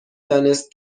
دانست